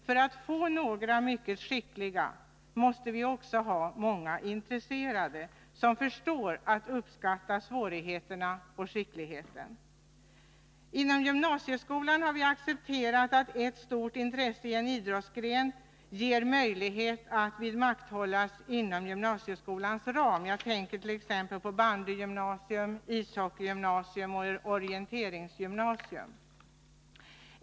För att få några mycket skickliga, måste vi också ha många intresserade som förstår att uppskatta svårigheterna och skickligheten. Vi har nu accepterat att det ges möjlighet att vidmakthålla ett stort intresse för en idrottsgren inom gymnasieskolans ram. Jag tänker t.ex. på bandy-, ishockeyoch orienteringsgymnasier.